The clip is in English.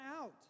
out